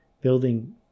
building